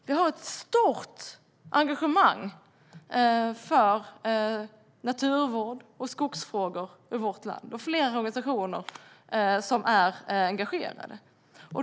Vi har ett stort engagemang för naturvård och skogsfrågor i vårt land, och det är flera organisationer som är engagerade.